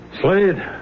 Slade